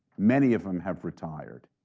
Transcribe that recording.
many of them have retired,